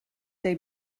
they